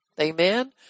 amen